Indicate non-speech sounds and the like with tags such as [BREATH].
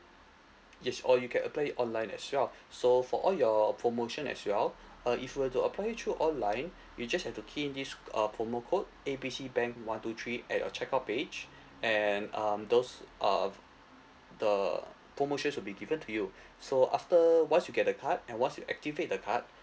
yes or you can apply online as well [BREATH] so for all your promotion as well [BREATH] uh if you'll to apply it through online you just have to key in this a promo code A B C bank one two three at your checkout page [BREATH] and um those uh the promotion will be given to you [BREATH] so after once you get the card and once you activate the card